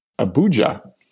Abuja